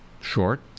short